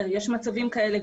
יש גם מצבים כאלה.